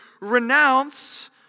renounce